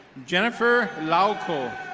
jennifer lauoko.